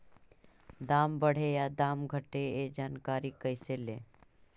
दाम बढ़े या दाम घटे ए जानकारी कैसे ले?